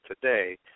today